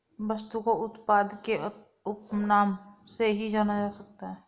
वस्तु को उत्पाद के उपनाम से भी जाना जा सकता है